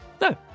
No